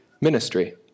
ministry